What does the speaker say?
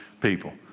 people